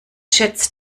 schätzt